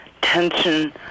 Tension